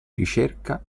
ricerca